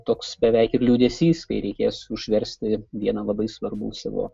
toks beveik ir liūdesys kai reikės užversti vieną labai svarbų savo